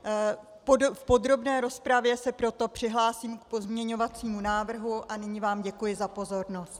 V podrobné rozpravě se proto přihlásím k pozměňovacímu návrhu a nyní vám děkuji za pozornost.